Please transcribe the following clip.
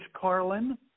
Carlin